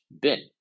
bin